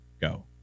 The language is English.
Go